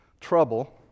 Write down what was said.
trouble